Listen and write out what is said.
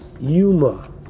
Yuma